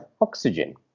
oxygen